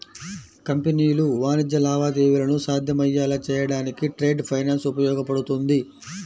కంపెనీలు వాణిజ్య లావాదేవీలను సాధ్యమయ్యేలా చేయడానికి ట్రేడ్ ఫైనాన్స్ ఉపయోగపడుతుంది